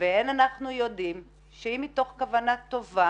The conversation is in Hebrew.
ואין אנחנו יודעים - אם מתוך כוונה טובה